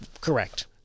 correct